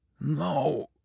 No